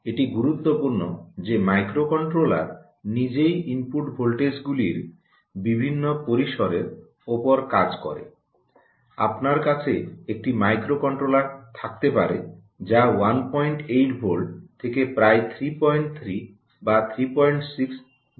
এটি গুরুত্বপূর্ণ যে মাইক্রোকন্ট্রোলার নিজেই ইনপুট ভোল্টেজগুলির বিভিন্ন পরিসরের উপর কাজ করে আপনার কাছে একটি মাইক্রোকন্ট্রোলার থাকতে পারে যা 18 ভোল্ট থেকে প্রায় 33 বা 36 ভোল্ট পর্যন্ত কাজ করে